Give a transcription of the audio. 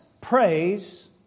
praise